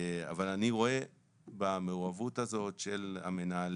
אבל, אני רואה במעורבות הזו של המנהלים